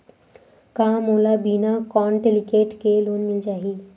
का मोला बिना कौंटलीकेट के लोन मिल जाही?